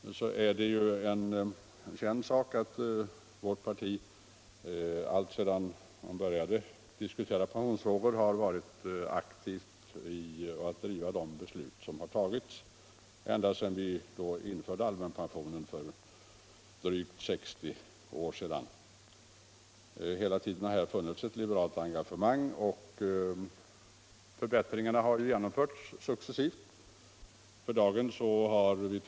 Det är ju en känd sak att vårt parti har varit aktivt när det gäller att driva på de beslut angående pensionering som har tagits ända sedan allmänpensionen infördes för drygt 60 år sedan. Hela tiden har här funnits ett liberalt engagemang, och förbättringar har genomförts successivt.